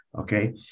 okay